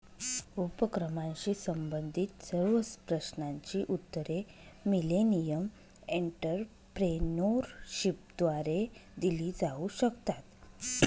उपक्रमाशी संबंधित सर्व प्रश्नांची उत्तरे मिलेनियम एंटरप्रेन्योरशिपद्वारे दिली जाऊ शकतात